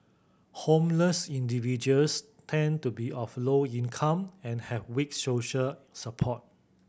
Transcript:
homeless individuals tend to be of low income and have weak social support